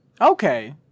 Okay